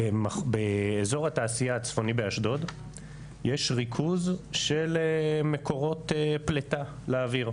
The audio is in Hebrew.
שאזור התעשייה הצפוני באשדוד יש ריכוז של מקורות פליטה לאוויר.